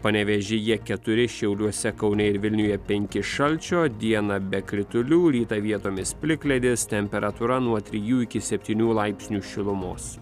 panevėžyje keturi šiauliuose kaune ir vilniuje penki šalčio dieną be kritulių rytą vietomis plikledis temperatūra nuo trijų iki septynių laipsnių šilumos